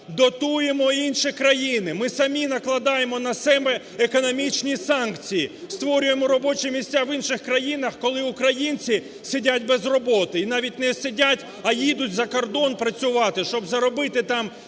дотуємо інші країни, ми самі накладаємо на себе економічні санкції, створюємо робочі місця в інших країнах, коли українці сидять без роботи і навіть не сидять, а їдуть за кордон працювати, щоб заробити там